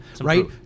right